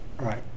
Right